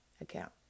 account